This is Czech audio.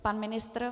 Pan ministr?